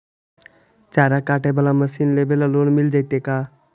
चारा काटे बाला मशीन लेबे ल लोन मिल जितै का?